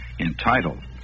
Entitled